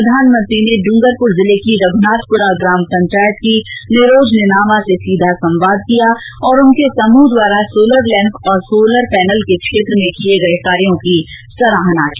प्रधानमंत्री ने डूंगरपुर जिले की रघुनाथपुरा ग्राम पंचायत की निरोज निनामा से सीधा संवाद किया और उनके समूह द्वारा सोलर लैम्प और सोलर पैनल के क्षेत्र में किए गए कार्यों की सराहना की